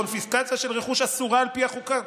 וקונפיסקציה של רכוש אסור על פי החוקה".